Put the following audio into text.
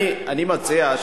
אני מציע,